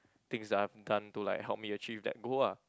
things that I've done to like help me achieve that goal ah